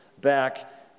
back